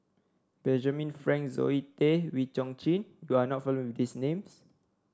Benjamin Frank Zoe Tay and Wee Chong Jin you are not familiar with these names